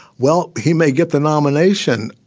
well, he may get the nomination.